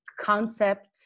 concept